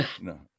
no